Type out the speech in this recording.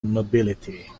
nobility